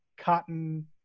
cotton